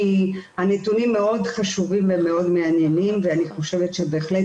כי הנתונים הם מאוד חשובים ומאוד מעניינים ואני חושבת שבהחלט